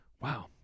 wow